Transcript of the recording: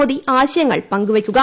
മോദി ആശയങ്ങൾ പങ്കുവയ്ക്കുക